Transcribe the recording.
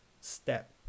step